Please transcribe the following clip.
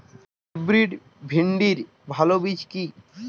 Hybrid ভিন্ডির ভালো বীজ কি?